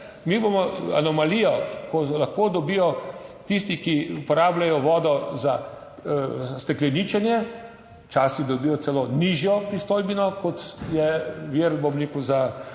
Mi bomo anomalijo, ko lahko dobijo tisti, ki uporabljajo vodo za stekleničenje, včasih dobijo celo nižjo pristojbino, kot je vir, bom